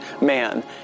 man